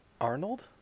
Arnold